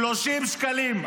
30 שקלים.